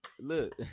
Look